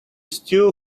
stew